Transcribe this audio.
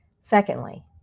Secondly